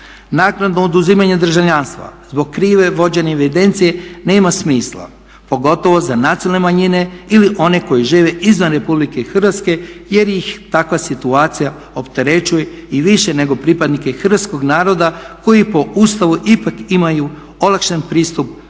Naknadno oduzimanje državljanstva zbog krive vođene evidencije nema smisla, pogotovo za nacionalne manjine ili one koji žive izvan RH jer ih takva situacija opterećuje i više nego pripadnike hrvatskog naroda koji po Ustavu ipak imaju olakšan pristup hrvatskom